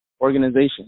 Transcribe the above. organization